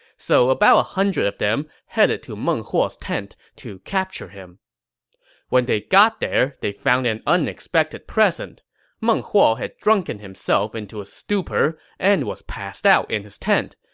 so about a hundred of them headed to meng huo's tent to capture him when they got there, they found an unexpected present meng huo had drunken himself into a stupor and was passed out in his tent.